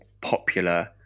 popular